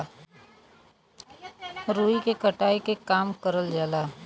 रुई के कटाई के काम करल जाला